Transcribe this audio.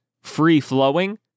free-flowing